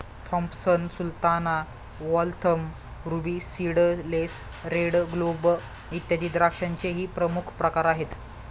Thompson sultana, Waltham, Ruby seedless, red globe, इत्यादी द्राक्षांचेही प्रमुख प्रकार आहेत